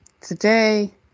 today